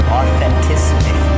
authenticity